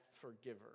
forgiver